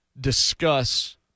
discuss